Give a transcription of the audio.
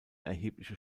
erhebliche